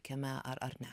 kieme ar ar ne